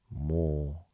More